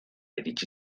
iritsi